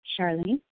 Charlene